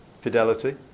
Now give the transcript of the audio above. fidelity